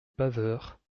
paveurs